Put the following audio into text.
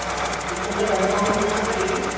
हां तिथपर्यंत कन्फर्म होणार का टिकीट